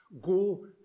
go